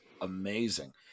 amazing